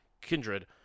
kindred